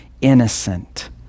innocent